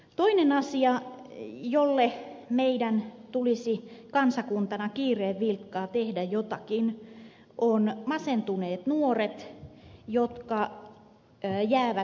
toinen asia jolle meidän tulisi kansakuntana kiireen vilkkaa tehdä jotakin on masentuneet nuoret jotka jäävät työelämän ulkopuolelle